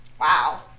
Wow